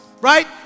Right